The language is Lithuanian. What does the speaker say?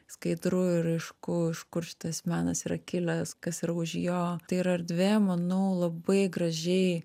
skaidru ir aišku iš kur šitas menas yra kilęs kas yra už jo tai yra erdvė manau labai gražiai